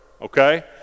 okay